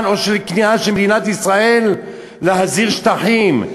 או של כניעה של מדינת ישראל להחזיר שטחים,